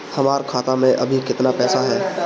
हमार खाता मे अबही केतना पैसा ह?